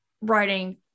writing